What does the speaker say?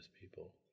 people